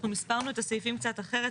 אנחנו מספרנו את הסעיפים קצת אחרת,